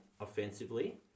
offensively